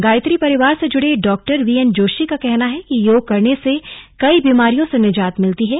गायत्री परिवार से जुड़े doctor V N Joshi का कहना है कि योग करने से कई बीमारियों से निजात मिलती है